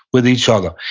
with each other.